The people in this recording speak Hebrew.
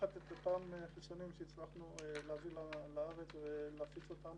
לקחת את החיסונים שהצלחנו להביא לארץ ולהפיץ אותם